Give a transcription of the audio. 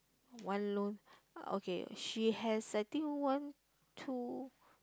one loan okay she has I think one two